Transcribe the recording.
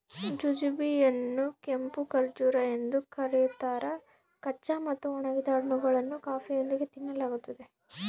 jujube ಯನ್ನುಕೆಂಪು ಖರ್ಜೂರ ಎಂದು ಕರೀತಾರ ಕಚ್ಚಾ ಮತ್ತು ಒಣಗಿದ ಹಣ್ಣುಗಳನ್ನು ಕಾಫಿಯೊಂದಿಗೆ ತಿನ್ನಲಾಗ್ತದ